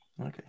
Okay